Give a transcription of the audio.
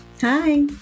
Hi